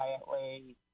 quietly